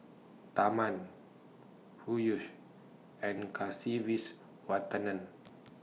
Tharman Peyush and Kasiviswanathan